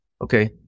okay